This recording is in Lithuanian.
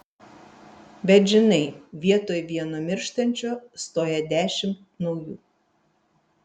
bet žinai vietoj vieno mirštančio stoja dešimt naujų